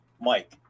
Mike